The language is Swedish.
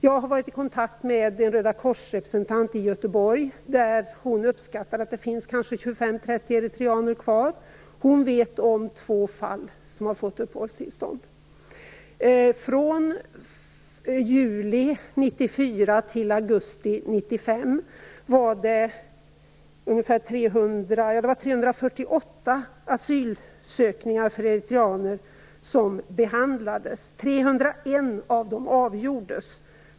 Jag har varit i kontakt med en representant från Röda korset i Göteborg. Hon uppskattar att det finns 25-30 eritreaner kvar. Hon känner till två fall där man har fått uppehållstillstånd. Från juli 1994 till augusti 1995 var det 348 asylsökningar från eritreaner som behandlades. 301 ansökningar avgjordes.